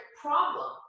problem